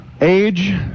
Age